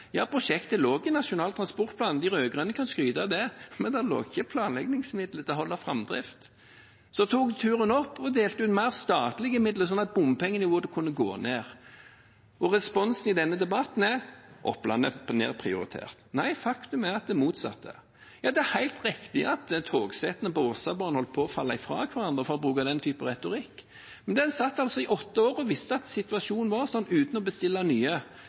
Prosjektet lå i Nasjonal transportplan, de rød-grønne kan skryte av det, men det lå ikke planleggingsmidler der til å holde framdrift. Jeg tok turen og delte ut mer statlige midler, slik at bompengene kunne reduseres. Responsen i denne debatten er at Oppland er nedprioritert. Nei, faktum er det motsatte. Det er helt riktig at togsettene på Vossebanen holdt på å falle fra hverandre – for å bruke den typen retorikk – men man satt altså i åtte år og visste at situasjonen var sånn uten å bestille nye.